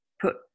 put